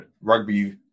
rugby